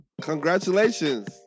Congratulations